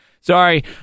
Sorry